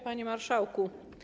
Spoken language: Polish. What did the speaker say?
Panie Marszałku!